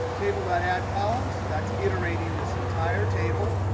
table but ah addcolumns, that's iterating this entire table.